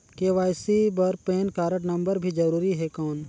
KYC बर PAN card number भी जरूरी हे कौन?